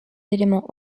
éléments